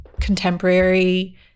contemporary